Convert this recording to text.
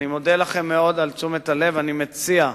אני מודה לכם מאוד על תשומת הלב, ואני מציע,